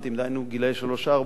דהיינו גילאי שלוש-ארבע,